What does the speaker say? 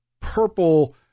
purple